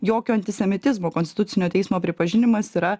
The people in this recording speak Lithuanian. jokio antisemitizmo konstitucinio teismo pripažinimas yra